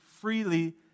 freely